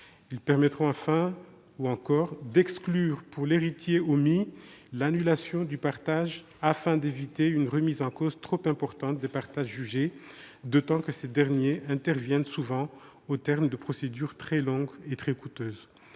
Ils permettront enfin d'exclure, pour l'héritier omis, l'annulation du partage, afin d'éviter une remise en cause trop importante des partages jugés, d'autant que ces derniers interviennent souvent au terme de procédures très longues et très coûteuses.